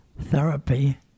therapy